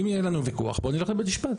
אם יהיה לנו ויכוח, בואו נלך לבית משפט.